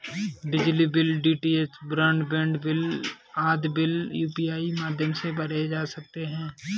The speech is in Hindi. बिजली bill, DTH broadband bill आदि बिल यू.पी.आई माध्यम से भरे जा सकते हैं